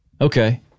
Okay